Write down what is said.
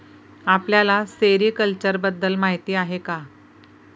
आपल्याला सेरीकल्चर बद्दल माहीती आहे का?